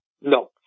No